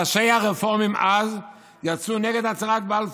ראשי הרפורמים יצאו אז נגד הצהרת בלפור.